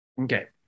Okay